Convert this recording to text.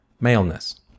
maleness